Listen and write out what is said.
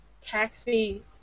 taxi